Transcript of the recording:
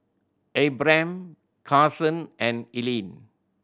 Abram Carson and Ellyn